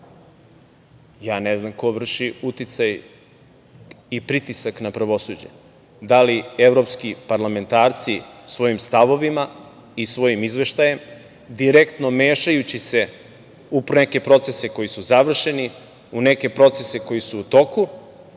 Ja ne znam ko vrši uticaj i pritisak na pravosuđe, da li evropski parlamentarci svojim stavovima i svojim izveštajem, direktno mešajući se u neke procese koji su završeni, u neke procese koji su u toku